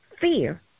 fear